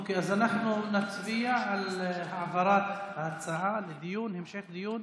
אוקיי, אז אנחנו נצביע על העברת ההצעה להמשך דיון